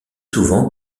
souvent